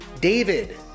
David